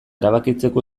erabakitzeko